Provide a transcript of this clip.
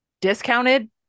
discounted